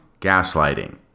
Gaslighting